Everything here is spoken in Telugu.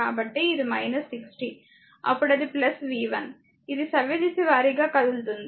కాబట్టి ఇది 60 అప్పుడు అది v1 ఇది సవ్యదిశ వారీగా కదులుతోంది